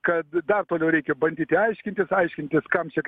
kad dar toliau reikia bandyti aiškintis aiškintis kam čia